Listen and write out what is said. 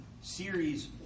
series